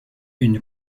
une